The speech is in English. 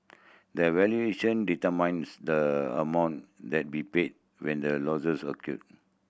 the valuation determines the amount that be paid when the losses occur